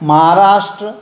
Maharashtra